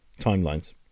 timelines